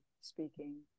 speaking